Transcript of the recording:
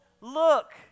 look